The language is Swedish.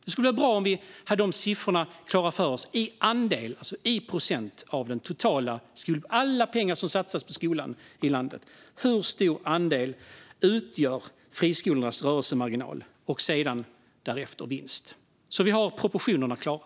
Det skulle vara bra om vi hade de siffrorna klara för oss i andel, alltså i procent, av den totala summan av alla pengar som satsas på skolan i landet. Hur stor andel utgör friskolornas rörelsemarginal och därefter vinst - så att vi har proportionerna klara?